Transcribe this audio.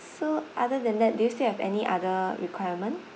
so other than that do you still have any other requirement